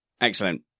excellent